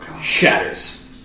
shatters